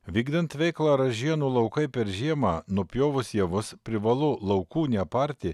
vykdant veiklą ražienų laukai per žiemą nupjovus javus privalu laukų neaparti